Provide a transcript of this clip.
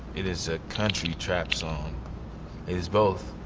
it is a country trap song. it is both.